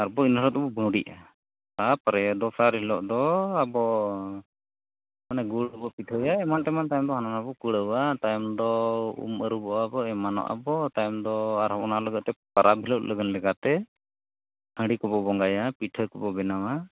ᱟᱨ ᱦᱤᱞᱳᱜ ᱫᱚᱵᱚ ᱵᱩᱸᱰᱤᱜᱼᱟ ᱛᱟᱯᱚᱨᱮ ᱫᱚᱥᱟᱨ ᱦᱤᱞᱳᱜ ᱫᱚ ᱟᱵᱚ ᱢᱟᱱᱮ ᱜᱩᱲᱵᱚ ᱯᱤᱴᱷᱟᱹᱭᱟ ᱮᱢᱟᱱᱼᱛᱮᱢᱟᱱ ᱛᱟᱭᱚᱢᱫᱚ ᱦᱟᱱᱟᱼᱱᱟᱣᱟᱵᱚ ᱠᱩᱲᱟᱹᱣᱟ ᱛᱟᱭᱚᱢᱫᱚ ᱩᱢᱼᱟᱹᱨᱩᱵᱚᱜᱼᱟᱵᱚ ᱮᱢᱟᱱᱚᱜᱟᱵᱚ ᱛᱟᱭᱚᱢᱫᱚ ᱟᱨ ᱚᱱᱟ ᱯᱟᱨᱟᱵᱽ ᱦᱤᱞᱳᱜ ᱞᱮᱠᱟᱛᱮ ᱦᱟᱺᱰᱤ ᱠᱚᱵᱚ ᱵᱚᱸᱜᱟᱭᱟ ᱯᱤᱴᱷᱟᱹ ᱠᱚᱵᱚ ᱵᱮᱱᱟᱣᱟ